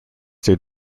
their